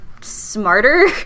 smarter